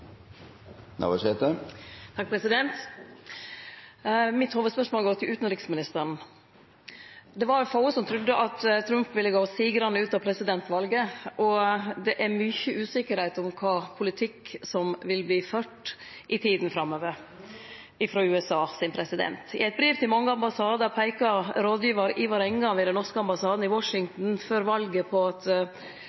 Mitt hovudspørsmål går til utanriksministeren. Det var få som trudde at Trump ville gå sigrande ut av presidentvalet, og det er mykje usikkerheit om kva politikk som vil verte ført i tida framover frå presidenten i USA. I eit brev til mange ambassadar før valet peikar rådgivar Ivar Engan ved den norske ambassaden i